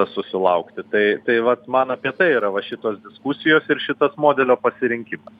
susilaukti tai tai vat man apie tai yra va šitos diskusijos ir šitas modelio pasirinkimas